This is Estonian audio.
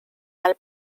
ajal